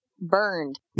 burned